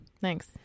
Thanks